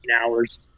hours